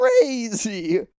crazy